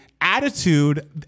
attitude